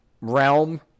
Realm